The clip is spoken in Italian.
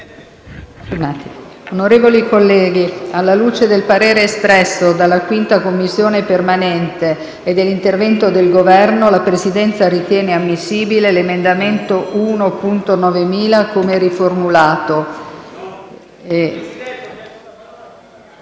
Onorevoli colleghi, alla luce del parere espresso dalla 5a Commissione permanente e dell'intervento del Governo, la Presidenza ritiene ammissibile l'emendamento 1.9000, come riformulato.